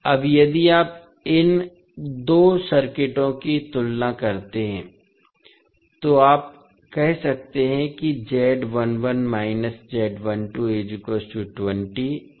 अब यदि आप इन दो सर्किटों की तुलना करते हैं तो आप कह सकते हैं कि और